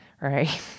right